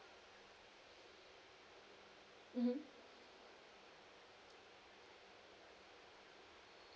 mmhmm